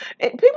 people